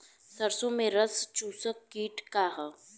सरसो में रस चुसक किट का ह?